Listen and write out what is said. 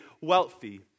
wealthy